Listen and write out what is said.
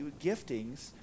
giftings